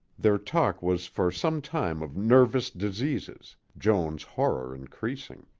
their talk was for some time of nervous diseases, joan's horror increasing.